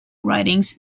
writings